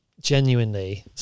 genuinely